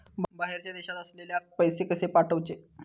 बाहेरच्या देशात असलेल्याक पैसे कसे पाठवचे?